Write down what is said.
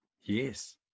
Yes